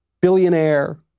billionaire